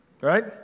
right